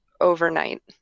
overnight